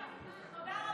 עידית, ממש תודה רבה.